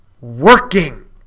working